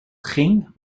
ging